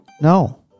no